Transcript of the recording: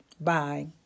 Bye